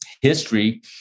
history